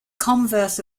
converse